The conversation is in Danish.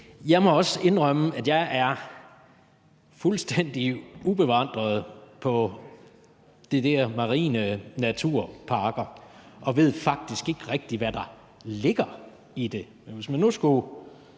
jeg må også indrømme, at jeg er fuldstændig ubevandret i forhold til det her med marine naturparker, og jeg ved faktisk ikke rigtig, hvad der ligger i det.